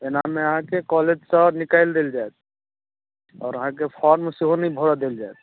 एनामे अहाँके कॉलेजसँ निकालि देल जायत आओर अहाँके फॉर्म सेहो नहि भरल देल जायत